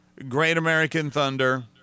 greatamericanthunder